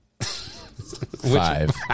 Five